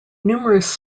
numerous